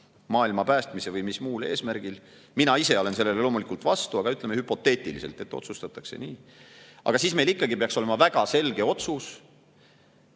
maailma päästmise või mingil muul eesmärgil. Mina ise olen sellele loomulikult vastu, aga ütleme hüpoteetiliselt, et otsustatakse nii. Aga siis meil peaks ikkagi olema väga selge otsus,